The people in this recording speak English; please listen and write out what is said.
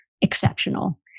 exceptional